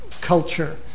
culture